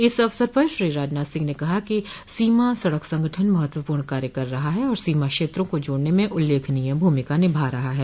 इस अवसर पर श्री राजनाथ सिंह ने कहा कि सीमा सडक संगठन महत्वपूर्ण कार्य कर रहा है और सीमा क्षेत्रों को जोड़ने में उल्लेखनीय भूमिका निभा रहा है